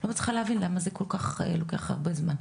אני לא מצליחה להבין למה זה לוקח כל כך הרבה זמן.